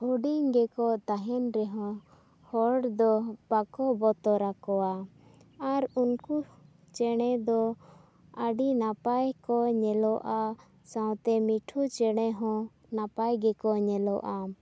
ᱦᱩᱰᱤᱧ ᱜᱮᱠᱚ ᱛᱟᱦᱮᱱ ᱨᱮᱦᱚᱸ ᱦᱚᱲ ᱫᱚ ᱵᱟᱠᱚ ᱵᱚᱛᱚᱨᱟ ᱠᱚᱣᱟ ᱟᱨ ᱩᱱᱠᱩ ᱪᱮᱬᱮ ᱫᱚ ᱟᱹᱰᱤ ᱱᱟᱯᱟᱭ ᱠᱚ ᱧᱮᱞᱚᱜᱼᱟ ᱥᱟᱶᱛᱮ ᱢᱤᱨᱩ ᱪᱮᱬᱮ ᱦᱚᱸ ᱱᱟᱯᱟᱭ ᱜᱮᱠᱚ ᱧᱮᱞᱚᱜᱼᱟ